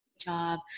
job